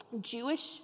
Jewish